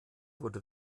wurde